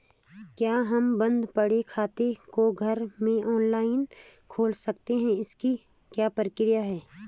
क्या हम बन्द पड़े खाते को घर में ऑनलाइन खोल सकते हैं इसकी क्या प्रक्रिया है?